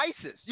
ISIS